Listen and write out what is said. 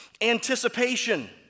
anticipation